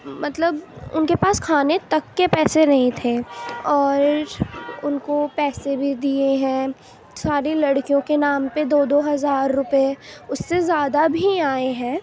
مطلب ان کے پاس کھانے تک کے پیسے نہیں تھے اور ان کو پیسے بھی دیے ہیں ساری لڑکیوں کے نام پہ دو دو ہزار روپے اس سے زیادہ بھی آئے ہیں